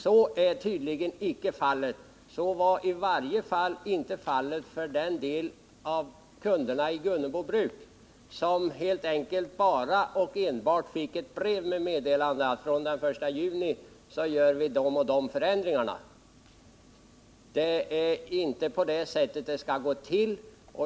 Men tydligen sker icke något sådant samråd. Så var i varje fall icke förhållandet när det gällde den del av postkunderna i Gunnebobruk som helt enkelt enbart fick ett brev med meddelande om att förändringar i postservicen skulle genomföras fr.o.m. den 1 juni. Det är inte på det sättet som det skall gå till.